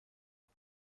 عجب